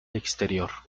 exterior